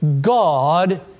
God